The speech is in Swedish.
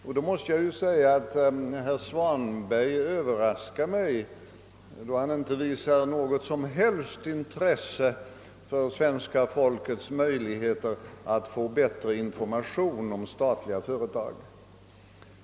Jag måste säga att herr Svanberg överraskar mig då han inte visar något som helst intresse för svenska folkets möjligheter att få bättre information om statliga företag.